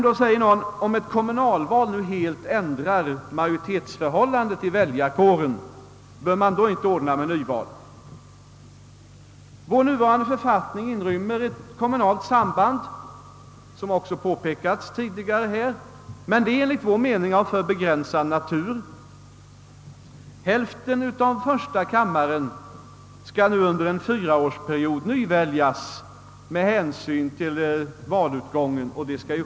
Då säger kanske någon: »Om ett kommunalval visar helt ändrat majoritetsförhållande i väljarkåren, bör man då inte utlysa nyval?» Vår nuvarande författning inrymmer ett kommunalt samband, vilket påpekats tidigare, men det är enligt vår uppfattning av alltför begränsad natur. Hälften av första kammaren skall under en fyraårsperiod successivt nyväljas med hänsyn till valutgången.